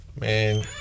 Man